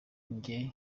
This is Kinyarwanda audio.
nge